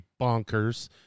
bonkers